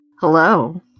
Hello